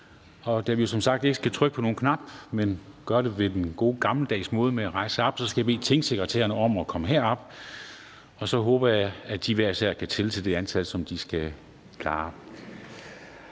Da vi jo som sagt ikke skal trykke på nogen knap, men gøre det på den gode gammeldags måde ved at rejse sig op, skal jeg bede tingsekretærerne om at komme herop. Så håber jeg, at de hver især kan tælle til det antal, som de skal klare.